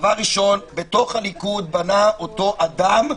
בתוך הליכוד בנה אותו אדם,